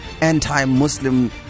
anti-Muslim